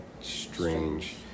strange